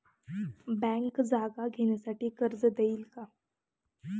Bank जागा घेण्यासाठी कर्ज देईल का?